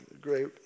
great